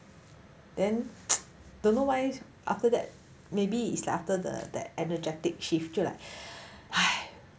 then don't know why after that maybe it's like after the energetic shift 就 like